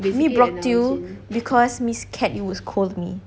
we brought you because miss cat li~ was cold with me